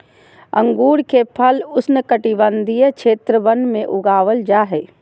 अंगूर के फल उष्णकटिबंधीय क्षेत्र वन में उगाबल जा हइ